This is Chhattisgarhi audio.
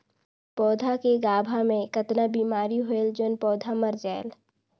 पौधा के गाभा मै कतना बिमारी होयल जोन पौधा मर जायेल?